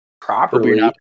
properly